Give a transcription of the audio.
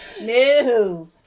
no